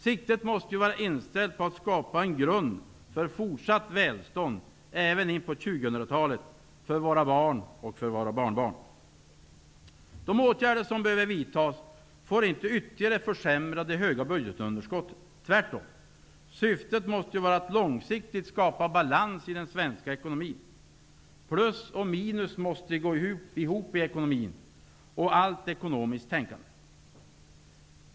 Siktet måste vara inställt på att skapa en grund för fortsatt svenskt välstånd, även in på 2000-talet, för våra barn och barnbarn. De åtgärder som behöver vidtas får inte ytterligare försämra det höga budgetunderskottet -- tvärtom. Syftet måste vara att långsiktigt skapa balans i den svenska ekonomin. Plus och minus måste gå ihop i ekonomin och i allt ekonomiskt tänkande.